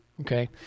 Okay